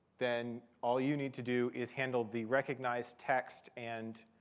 then all you need to do is handle the recognized text and